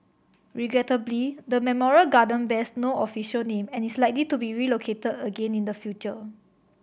regrettably the memorial garden bears no official name and is likely to be relocated again in the future